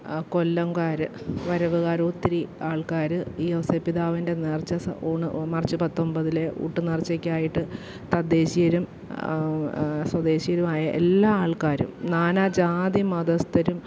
കൊല്ലംകാർ വരവുകാർ ഒത്തിരി ആൾക്കാർ ഈ ഔസേപ്പ് പിതാവിന്റെ നേർച്ച ഊണ് മാർച്ച് പത്തൊമ്പതിലെ ഊട്ട് നേർച്ചക്കായിട്ട് തദ്ദേശീയരും സ്വദേശീയരുമായ എല്ലാ ആൾക്കാരും നാനാ ജാതി മതസ്ഥരും